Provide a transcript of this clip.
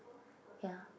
ya